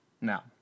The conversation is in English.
now